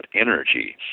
energy